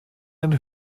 ein